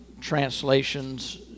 translations